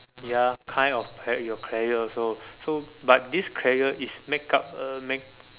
ya kind of help your career also so but this career is make up uh make